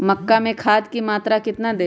मक्का में खाद की मात्रा कितना दे?